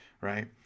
right